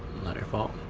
not your fault.